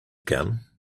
gun